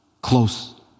close